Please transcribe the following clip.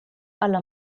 alla